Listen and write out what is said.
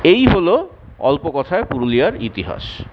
এই হল অল্প কথায় পুরুলিয়ার ইতিহাস